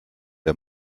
der